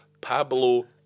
Pablo